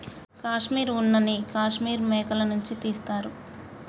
కాశ్మీర్ ఉన్న నీ కాశ్మీర్ మేకల నుంచి తీస్తారు